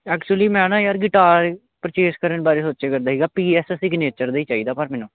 actually ਮੈਂ ਨਾ ਯਾਰ ਗਿਟਾਰ ਪਰਚੇਸ ਕਰਨ ਬਾਰੇ ਸੋਚਿਆ ਕਰਦਾ ਸੀਗਾ ਪੀ ਐਸ ਸਿਗਨੇਚਰ ਦਾ ਹੀ ਚਾਹੀਦਾ ਪਰ ਮੈਨੂੰ